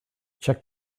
check